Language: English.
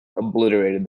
obliterated